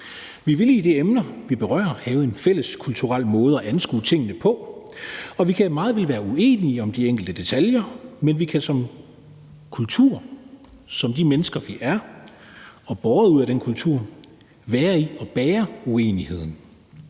Vi vil i de emner, vi berører, have en fælles kulturel måde at anskue tingene på, og vi kan meget vel være uenige om de enkelte detaljer, men vi kan som kultur, som de mennesker, som vi er, og som er rundet af den kultur, være i og bære uenigheden.